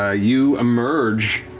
ah you emerge,